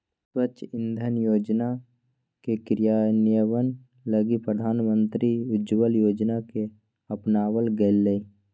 स्वच्छ इंधन योजना के क्रियान्वयन लगी प्रधानमंत्री उज्ज्वला योजना के अपनावल गैलय